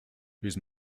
whose